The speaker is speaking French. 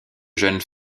jeunes